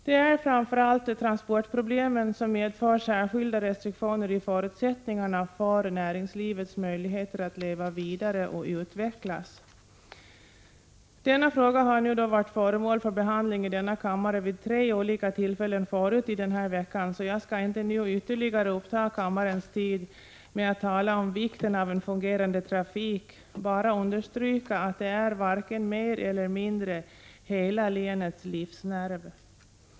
Det är framför allt transportproblemen som medför särskilda restriktioner i förutsättningarna för näringslivets möjligheter att leva vidare och utvecklas. Denna fråga har varit föremål för behandling i kammaren vid tre olika tillfällen förut under den här veckan, så jag skall inte nu ytterligare uppta kammarens tid med att tala om vikten av en fungerande trafik utan bara understryka att en sådan är varken mer eller mindre än hela länets livsnerv.